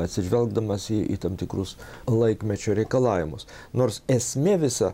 atsižvelgdamas į į tam tikrus laikmečio reikalavimus nors esmė visa